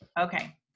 Okay